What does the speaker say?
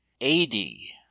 EIGHTY